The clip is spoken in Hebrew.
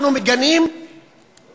אנחנו מגנים גזענות.